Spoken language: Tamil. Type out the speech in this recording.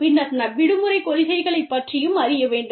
பின்னர் விடுமுறை கொள்கைகளைப் பற்றியும் அறிய வேண்டும்